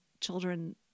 children